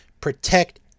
protect